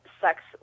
sex